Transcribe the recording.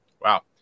Wow